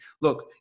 Look